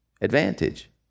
advantage